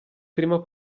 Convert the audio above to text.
prima